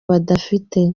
badafite